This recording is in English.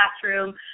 classroom